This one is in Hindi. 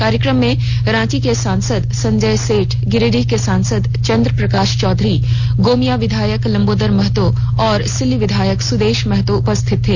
कार्यक्रम में रांची के सांसद संजय सेठ गिरिडीह के सांसद चंद्र प्रकाश चौधरी गोमिया विधायक लंबोदर महतो और सिल्ली विधायक सुदेश महतो उपस्थित थे